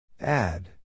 Add